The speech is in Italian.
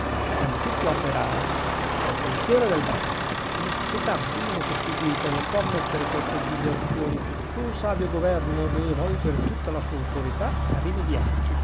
siamo tutti operai del pensiero o del braccio una società bene costituita non può ammettere queste diserzioni e un savio governo dee volgere tutta la sua autorità a rimediarci